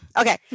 Okay